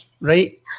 right